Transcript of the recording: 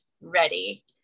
ready